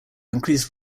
increased